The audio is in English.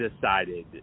decided